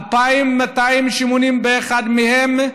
2,281 מהם,